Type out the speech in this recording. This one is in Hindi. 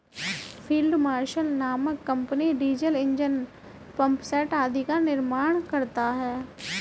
फील्ड मार्शल नामक कम्पनी डीजल ईंजन, पम्पसेट आदि का निर्माण करता है